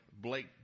Blake